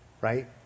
right